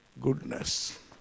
goodness